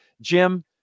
Jim